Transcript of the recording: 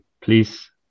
please